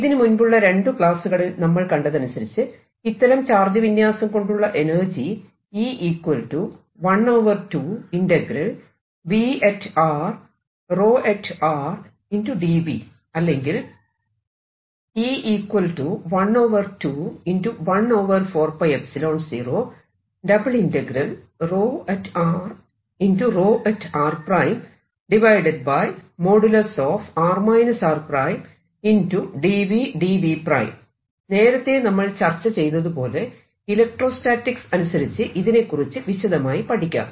ഇതിനു മുൻപുള്ള രണ്ടു ക്ലാസ്സുകളിൽ നമ്മൾ കണ്ടതനുസരിച്ച് ഇത്തരം ചാർജ് വിന്യാസം കൊണ്ടുള്ള എനർജി അല്ലെങ്കിൽ നേരത്തെ നമ്മൾ ചർച്ച ചെയ്തതുപോലെ ഇലക്ട്രോസ്റ്റാറ്റിക്സ് അനുസരിച്ച് ഇതിനെകുറിച്ച് വിശദമായി പഠിക്കാം